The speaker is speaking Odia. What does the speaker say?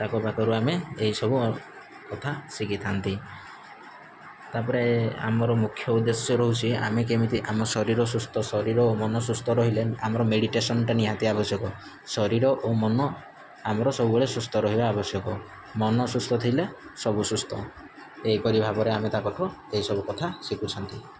ତାଙ୍କ ପାଖରୁ ଆମେ ଏଇ ସବୁ କଥା ଶିଖିଥାନ୍ତି ତାପରେ ଆମର ମୁଖ୍ୟ ଉଦେଶ୍ୟ ରହୁଛି ଆମେ କେମିତି ଆମ ଶରୀର ସୁସ୍ଥ ଶରୀର ଓ ମନ ସୁସ୍ଥ ରହିଲେ ଆମର ମେଡ଼ିଟେସନ୍ଟା ନିହାତି ଆବଶ୍ୟକ ଶରୀର ଓ ମନ ଆମର ସବୁବେଳେ ସୁସ୍ଥ ରହିବା ଆବଶ୍ୟକ ମନ ସୁସ୍ଥ ଥିଲେ ସବୁ ସୁସ୍ଥ ଏହି ପରି ଭାବରେ ଆମେ ତାଙ୍କଠୁ ଏଇ ସବୁ କଥା ଶିଖୁଛନ୍ତି